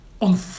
On